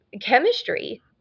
chemistry